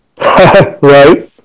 Right